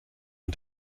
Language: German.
und